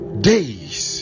days